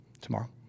Tomorrow